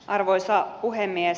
arvoisa puhemies